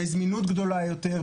בזמינות גדולה יותר,